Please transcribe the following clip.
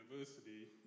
University